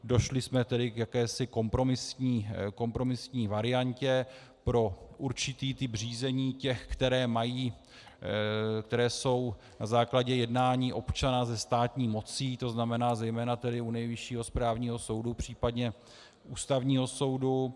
Došli jsme k jakési kompromisní variantě pro určitý typ řízení, těch, která jsou na základě jednání občana se státní mocí, to znamená zejména tedy u Nejvyššího správního soudu, případně Ústavního soudu.